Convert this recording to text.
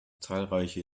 zahlreiche